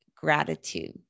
gratitude